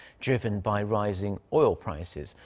driven by rising oil prices.